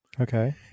Okay